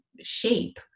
shape